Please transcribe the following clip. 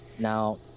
Now